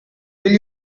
will